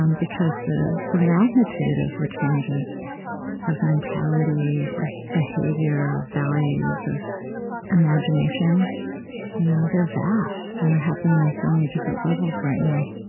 um because the the magnitude of the changes of mentality, of behavior, of values, of imagination you know they're vast, and they're happening on so many different levels right now